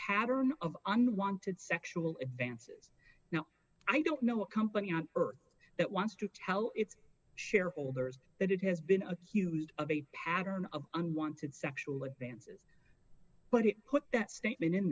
pattern of unwanted sexual advances now i don't know a company on earth that wants to tell its shareholders that it has been accused of a pattern of unwanted sexual advances but it put that statement in